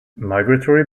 migratory